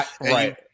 Right